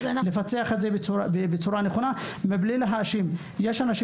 וצריכים להבין איך לפצח את זה בצורה נכונה מבלי להאשים אף אחד,